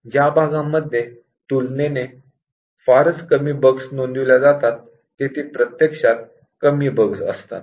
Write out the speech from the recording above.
ज्या भागांमध्ये तुलनेने फारच कमी बग्स नोंदविल्या जातात तेथे प्रत्यक्षात कमी बग असतात